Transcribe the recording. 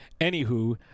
Anywho